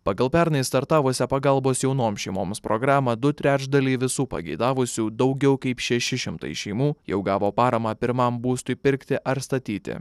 pagal pernai startavusią pagalbos jaunoms šeimoms programą du trečdaliai visų pageidavusių daugiau kaip šeši šimtai šeimų jau gavo paramą pirmam būstui pirkti ar statyti